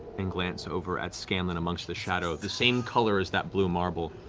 and glance over at scanlan amongst the shadows, the same color as that blue marble.